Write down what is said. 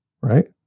right